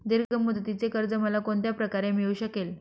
दीर्घ मुदतीचे कर्ज मला कोणत्या प्रकारे मिळू शकेल?